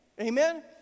amen